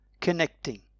connecting